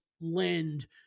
lend